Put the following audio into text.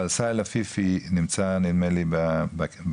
אבל סהל עפיפי נמצא נדמה לי בזום.